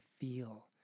feel